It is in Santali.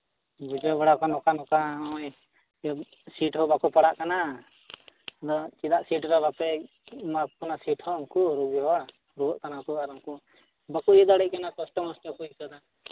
ᱵᱩᱡᱷᱟᱹᱣ ᱵᱟᱲᱟ ᱠᱚᱣᱟᱹᱧ ᱱᱚᱝᱠᱟ ᱱᱚᱝᱠᱟ ᱱᱚᱜᱼᱚᱭ ᱥᱤᱴ ᱦᱚᱸ ᱵᱟᱠᱚ ᱯᱟᱲᱟᱜ ᱠᱟᱱᱟ ᱟᱫᱚ ᱪᱮᱫᱟᱜ ᱥᱤᱴ ᱫᱚ ᱵᱟᱯᱮ ᱮᱢᱟ ᱠᱚ ᱠᱟᱱᱟ ᱥᱤᱴ ᱦᱚᱸ ᱩᱱᱠᱩ ᱨᱩᱣᱟᱹᱜ ᱠᱟᱱᱟ ᱠᱚ ᱟᱨ ᱩᱱᱠᱩ ᱵᱟᱠᱚ ᱤᱭᱟᱹ ᱫᱟᱲᱮᱭᱟᱜ ᱠᱟᱱᱟ ᱠᱚᱥᱴᱚ ᱢᱚᱥᱴᱚ ᱠᱚ ᱟᱹᱭᱠᱟᱹᱣᱫᱟ